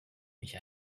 mich